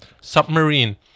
Submarine